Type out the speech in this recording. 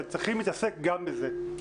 אבל צריכים להתעסק גם בזה.